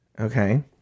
Okay